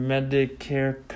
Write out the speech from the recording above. Medicare